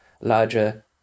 larger